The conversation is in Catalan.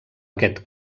aquest